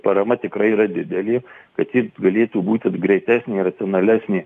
parama tikrai yra didelė kad ji galėtų būt greitesnė racionalesnė